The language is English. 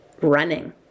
running